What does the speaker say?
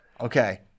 okay